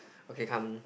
okay come